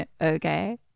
okay